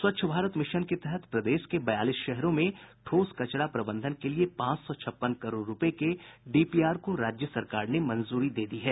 स्वच्छ भारत मिशन के तहत प्रदेश के बयालीस शहरों में ठोस कचरा प्रबंधन के लिए पांच सौ छप्पन करोड़ रूपये के डीपीआर को राज्य सरकार ने मंजूरी दे दी है